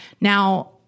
Now